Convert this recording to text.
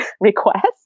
request